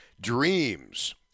dreams